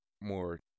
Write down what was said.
more